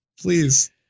Please